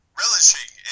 relishing